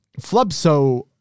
Flubso